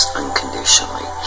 unconditionally